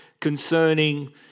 concerning